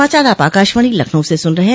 यह समाचार आप आकाशवाणी लखनऊ से सुन रहे हैं